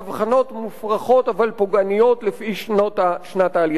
וכל מיני הבחנות מופרכות אבל פוגעניות לפי שנת העלייה לארץ.